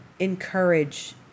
encourage